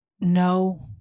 No